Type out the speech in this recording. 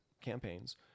campaigns